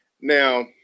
Now